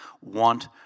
want